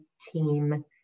team